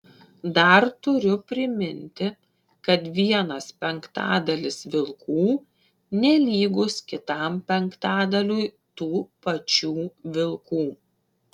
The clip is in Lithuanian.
dar turiu priminti kad vienas penktadalis vilkų nelygus kitam penktadaliui tų pačių vilkų